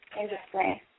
Interesting